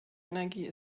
energie